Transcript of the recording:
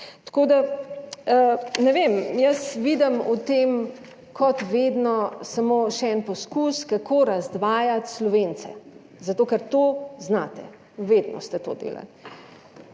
Tako da ne vem. Jaz vidim v tem, kot vedno, samo še en poskus, kako razdvajati Slovence. Zato ker to znate, vedno ste to delali.